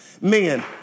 men